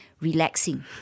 relaxing